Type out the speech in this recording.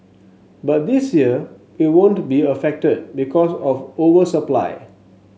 but this year we won't be affected because of over supply